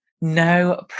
No